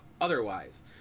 otherwise